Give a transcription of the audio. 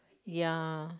ya